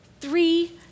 three